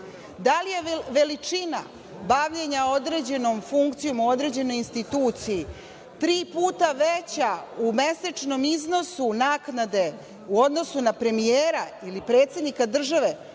li je veličina bavljenja određenom funkcijom u određenoj instituciji tri puta veća u mesečnom iznosu na naknade u odnosu na premijera ili predsednika države,